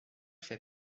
fait